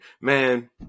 man